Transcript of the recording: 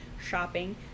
shopping